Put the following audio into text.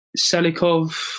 Selikov